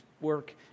work